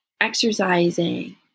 exercising